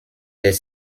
des